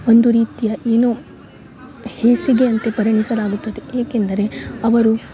ಒಂದು ರೀತಿಯ ಏನೋ ಹೇಸಿಗೆ ಅಂತೆ ಪರಿಣಿಸಲಾಗುತ್ತದೆ ಏಕೆಂದರೆ ಅವರು